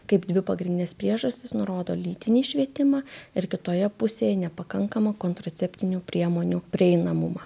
kaip dvi pagrindines priežastis nurodo lytinį švietimą ir kitoje pusėje nepakankamą kontraceptinių priemonių prieinamumą